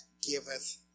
giveth